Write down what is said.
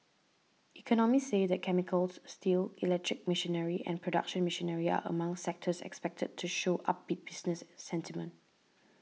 economists say that chemicals steel electric machinery and production machinery are among sectors expected to show upbeat business sentiment